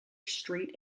street